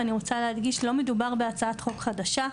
אני רוצה להדגיש שלא מדובר בהצעת חוק חדשה.